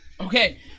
Okay